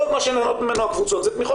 רוב מה שנהנות ממנו הקבוצות זה תמיכות